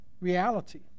reality